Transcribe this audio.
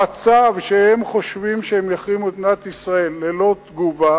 המצב שהם חושבים שהם יחרימו את מדינת ישראל ללא תגובה